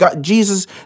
Jesus